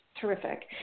terrific